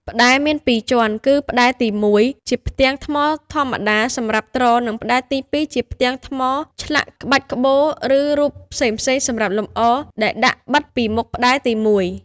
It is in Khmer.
ផ្តែរមានពីរជាន់ គឺផ្តែរទី១ ជាផ្ទាំងថ្មធម្មតាសម្រាប់ទ្រ និងផ្តែរទី២ ជាផ្ទាំងថ្មឆ្លាក់ក្បាច់ក្បូរ ឬរូបផ្សេងៗសម្រាប់លម្អ ដែលដាក់បិទពីមុខផ្តែរទី១។